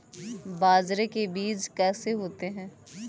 बाजरे के बीज कैसे होते हैं?